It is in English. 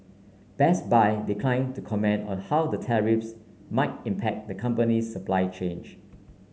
Best Buy decline to comment on how the tariffs might impact the company's supply chain